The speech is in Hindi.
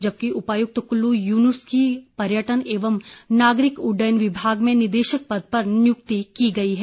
जबकि उपायुक्त कुल्लू युनूस की पर्यटन एवं नागरिक उड्डयन विभाग में निदेशक पद पर नियुक्ति की गई है